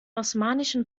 osmanischen